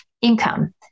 income